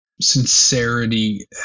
sincerity